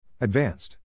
Advanced